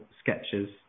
sketches